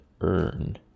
earn